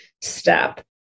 step